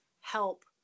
help